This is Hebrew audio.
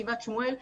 גבעת שמואל,